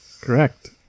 correct